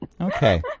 Okay